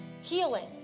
Healing